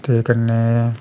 ते कन्नै